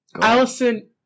Allison